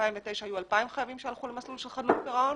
ב-2009 היו 2,000 חייבים שהלכו למסלול של חדלות פירעון